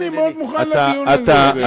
אני מאוד מוכן לדיון הזה.